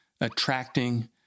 attracting